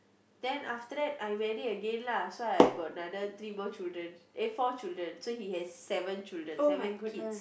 then after that I marry again lah so I got another three more children eh four children so he has seven children seven kids